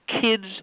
kids